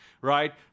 right